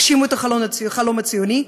הגשימו את החלום הציוני.